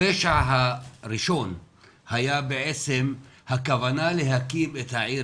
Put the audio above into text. הפשע הראשון היה בעצם הכוונה להקים את העיר